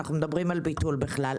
אבל אנחנו מדברים על ביטול בכלל.